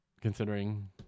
considering